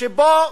שבו